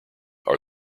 are